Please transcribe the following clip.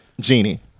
Genie